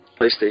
PlayStation